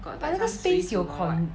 but 那个 space 有 con~